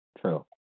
true